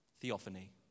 Theophany